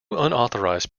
unauthorized